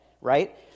right